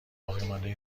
باقیمانده